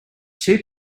two